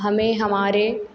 हमें हमारे